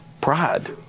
Pride